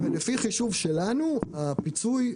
ולפי החישוב שלנו הפיצוי,